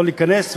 לא להיכנס,